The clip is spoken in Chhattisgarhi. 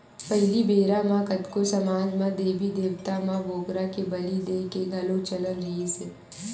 पहिली बेरा म कतको समाज म देबी देवता म बोकरा के बली देय के घलोक चलन रिहिस हे